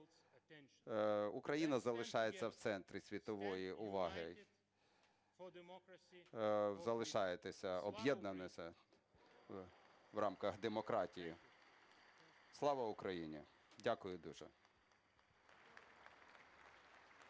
Україна залишається в центрі світової уваги, залишаєтеся об'єднаними в рамках демократії. Слава Україні! Дякую дуже.